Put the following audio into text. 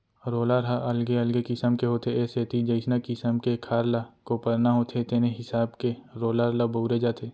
roller ह अलगे अलगे किसम के होथे ए सेती जइसना किसम के खार ल कोपरना होथे तेने हिसाब के रोलर ल बउरे जाथे